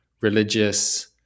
religious